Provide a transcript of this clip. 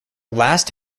last